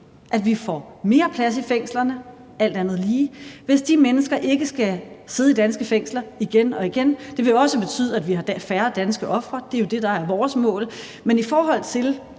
at vi får mere plads i fængslerne – alt andet lige – hvis de mennesker ikke skal sidde i danske fængsler igen og igen. Det vil også betyde, at vi har færre danske ofre – det er jo det, der er vores mål. Men i forhold til